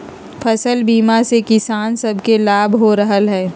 फसल बीमा से किसान सभके लाभ हो रहल हइ